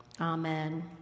Amen